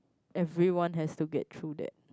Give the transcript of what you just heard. everyone has to get through that